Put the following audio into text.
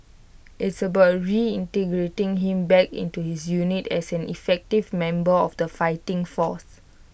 it's about reintegrating him back into his unit as an effective member of the fighting force